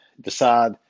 decide